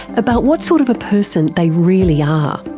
about what sort of a person they really are?